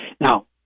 Now